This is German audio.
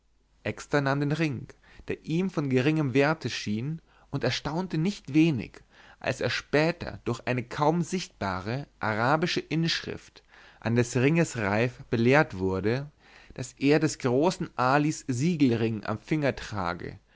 exter nahm den ring der ihm von geringem werte schien und erstaunte nicht wenig als er später durch eine kaum sichtbare arabische inschrift an des ringes reif belehrt wurde daß er des großen alis siegelring am finger trage